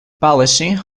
policy